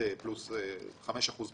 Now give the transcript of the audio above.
אני